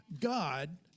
God